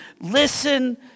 listen